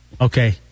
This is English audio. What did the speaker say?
Okay